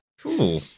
Cool